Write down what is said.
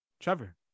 Trevor